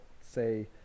say